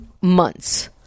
months